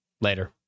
Later